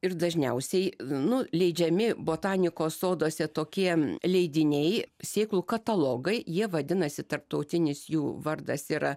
ir dažniausiai nu leidžiami botanikos soduose tokie leidiniai sėklų katalogai jie vadinasi tarptautinis jų vardas yra